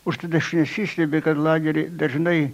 užtat aš nesistebiu kad lageryj dažnai